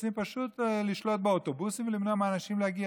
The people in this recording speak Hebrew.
הם רוצים פשוט לשלוט באוטובוסים ולמנוע מאנשים להגיע.